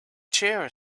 chair